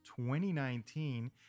2019